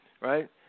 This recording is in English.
right